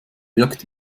wirkt